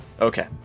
Okay